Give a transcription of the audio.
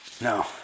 No